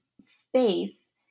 space